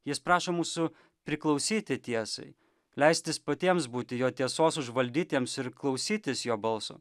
jis prašo mūsų priklausyti tiesai leistis patiems būti jo tiesos užvaldytiems ir klausytis jo balso